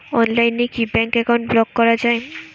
অনলাইনে কি bank account block করা য়ায়?